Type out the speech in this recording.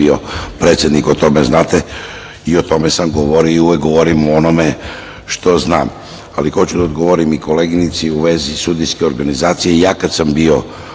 predsednik, o tome znate i o tome sam govorio i uvek govorim o onome što znam. Ali, hoću da odgovorim i koleginici u vezi sudijske organizacije. Kad sam bio